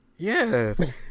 Yes